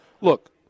look